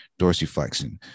dorsiflexion